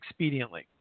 expediently